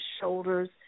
shoulders